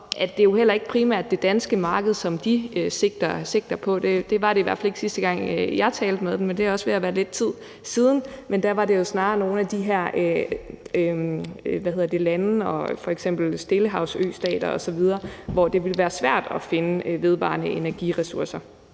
er det jo heller ikke primært det danske marked, som de sigter på. Det var det i hvert fald ikke, sidste gang jeg talte med dem, men det er også ved at være lidt tid siden, men da var det snarere nogle af de her lande, f.eks. stillehavsøstater osv., hvor det ville være svært at finde vedvarende energiressourcer.